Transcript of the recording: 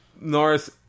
Norris